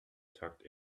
tucked